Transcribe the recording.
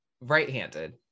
right-handed